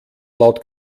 laut